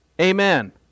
Amen